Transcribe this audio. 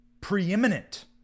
preeminent